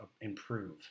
improve